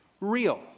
real